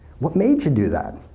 what made you do that?